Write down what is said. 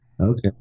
Okay